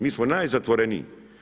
Mi smo najzatvorenije.